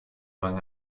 van